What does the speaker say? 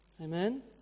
Amen